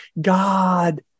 God